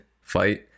fight